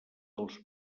els